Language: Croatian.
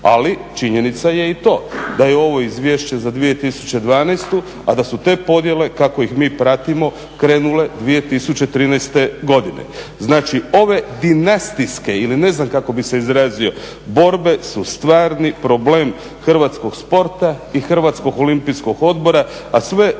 Ali činjenica je i to da je ovo Izvješće za 2012. a da su te podjele kako ih mi pratimo krenule 2013. godine. Znači ove dinastijske, ili ne znam kako bi se izrazio borbe su stvarni problem hrvatskog sporta i Hrvatskog olimpijskog odbora a sve